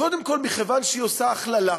קודם כול, מכיוון שהיא עושה הכללה.